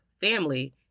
family